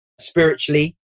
spiritually